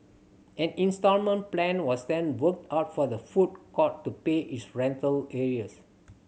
an instalment plan was then worked out for the food court to pay its rental arrears